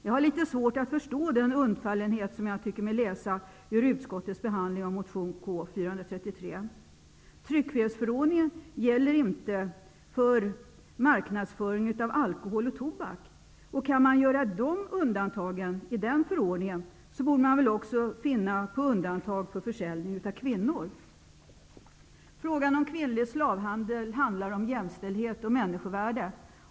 Jag har litet svårt att förstå den undfallenhet, som jag tycker mig utläsa ur utskottets behandling av motion K433. Tryckfrihetsförordningen gäller inte för marknadsföring av alkohol och tobak. Om alkohol och tobak kan undantas i tryckfrihetsförordningen, borde man väl också kunna göra undantag för försäljning av kvinnor. Frågan om kvinnlig slavhandel handlar om jämställdhet och människovärde.